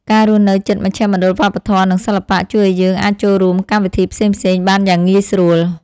ការរស់នៅជិតមជ្ឈមណ្ឌលវប្បធម៌និងសិល្បៈជួយឱ្យយើងអាចចូលរួមកម្មវិធីផ្សេងៗបានយ៉ាងងាយស្រួល។